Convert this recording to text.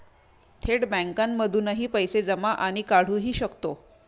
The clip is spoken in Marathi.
थेट बँकांमधूनही पैसे जमा आणि काढुहि शकतो